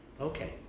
Okay